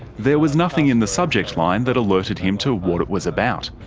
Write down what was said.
there was nothing in the subject line that alerted him to what it was about,